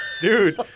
Dude